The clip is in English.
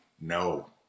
No